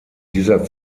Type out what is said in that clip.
dieser